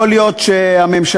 יכול להיות שהממשלה,